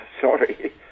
Sorry